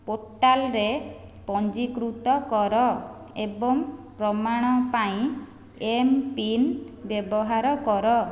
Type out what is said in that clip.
ପୋର୍ଟାଲ୍ରେ ପଞ୍ଜୀକୃତ କର ଏବଂ ପ୍ରମାଣ ପାଇଁ ଏମ୍ପିନ୍ ବ୍ୟବହାର କର